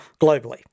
globally